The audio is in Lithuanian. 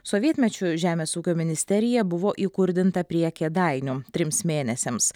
sovietmečiu žemės ūkio ministerija buvo įkurdinta prie kėdainių trims mėnesiams